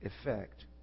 effect